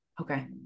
Okay